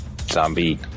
Zombie